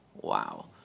Wow